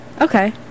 okay